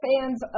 fans